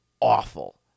awful